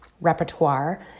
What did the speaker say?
repertoire